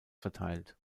verteilt